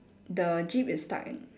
the jeep is stuck in